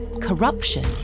corruption